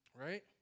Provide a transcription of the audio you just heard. right